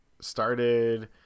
started